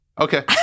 Okay